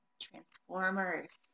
Transformers